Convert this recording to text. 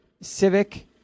Civic